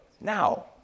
Now